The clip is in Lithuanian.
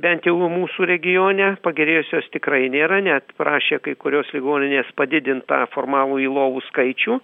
bent jau mūsų regione pagerėjusios tikrai nėra net prašė kai kurios ligoninės padidint tą formalųjį lovų skaičių